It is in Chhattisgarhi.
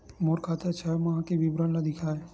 मोर खाता के छः माह के विवरण ल दिखाव?